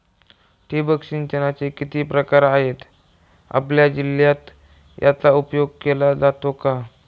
ठिबक सिंचनाचे किती प्रकार आहेत? आपल्या जिल्ह्यात याचा उपयोग केला जातो का?